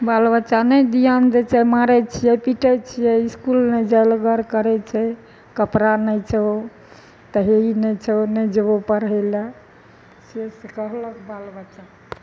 बाल बच्चा नै ध्यान दै छै मारै छियै पिटै छियै ईस्कूल नै जाइ लऽ बड़ करै छै कपड़ा नै छौ तऽ हे ई नै छौ नै जेबो पढ़ै लए से सब कहलक बाल बच्चा